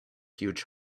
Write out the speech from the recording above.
huge